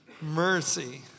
Mercy